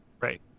right